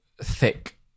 thick